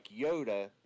Yoda